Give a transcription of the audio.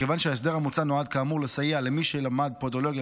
מכיוון שההסדר המוצע נועד כאמור לסייע למי שלמד פודולוגיה